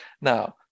Now